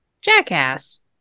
jackass